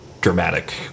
dramatic